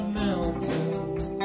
mountains